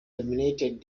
dominated